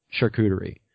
charcuterie